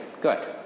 Good